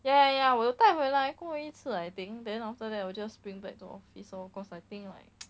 ya ya ya 我有带回来过一次 I think then after that 我 just bring back to office lor cause I think like